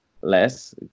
less